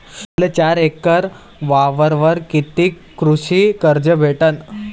मले चार एकर वावरावर कितीक कृषी कर्ज भेटन?